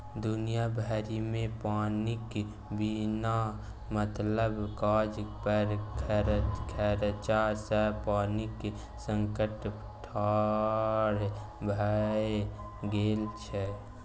दुनिया भरिमे पानिक बिना मतलब काज पर खरचा सँ पानिक संकट ठाढ़ भए गेल छै